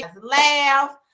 laugh